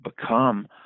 become